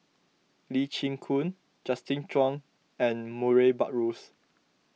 Lee Chin Koon Justin Zhuang and Murray Buttrose